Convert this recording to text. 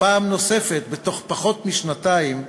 פעם נוספת בתוך פחות משנתיים,